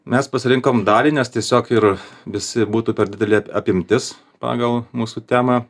mes pasirinkom dalį nes tiesiog ir visi būtų per didelė ap apimtis pagal mūsų temą